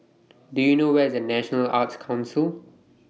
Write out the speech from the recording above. Do YOU know Where IS National Arts Council